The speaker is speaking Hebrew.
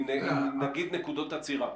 עם נקודות עצירה?